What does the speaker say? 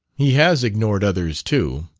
he has ignored others too.